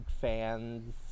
fans